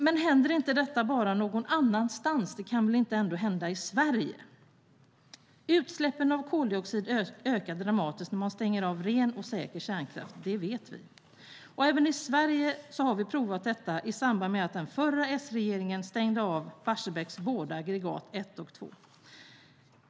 Men händer inte detta bara någon annanstans? Det kan väl ändå inte hända i Sverige? Utsläppen av koldioxid ökar dramatiskt när man stänger av ren och säker kärnkraft. Det vet vi. Även vi i Sverige har provat detta i samband med att den förra S-regeringen stängde av Barsebäcks båda aggregat, 1 och 2.